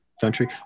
country